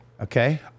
Okay